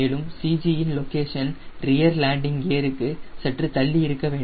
மேலும் இந்த CG ன் லொகேஷன் ரியர் லேண்டிங் கியருக்கு சற்று தள்ளி இருக்க வேண்டும்